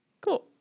Cool